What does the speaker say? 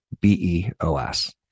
B-E-O-S